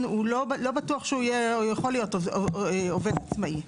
לא בטוח שהוא יכול להיות עובד עצמאי.